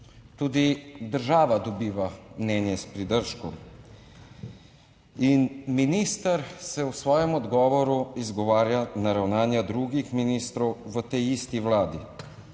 Tudi država dobiva mnenje s pridržkom. In minister se v svojem odgovoru izgovarja na ravnanja drugih ministrov v tej isti vladi.